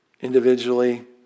individually